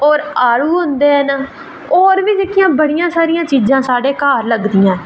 होर आड़ू होंदे न होर बी जेह्कियां बड़ियां सारियां चीज़ां साढ़े घर लगदियां